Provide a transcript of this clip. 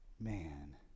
man